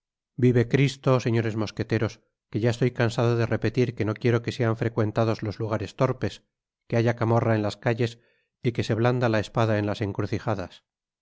vive cristo señores mosqueteros que ya estoy cansado de repetir que no quiero que sean frecuentados los lugares torpes que haya camorra en las calles y que se blanda la espada en las encrucijadas